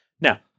Now